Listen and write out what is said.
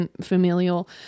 familial